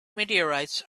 meteorites